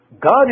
God